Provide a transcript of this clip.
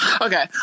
Okay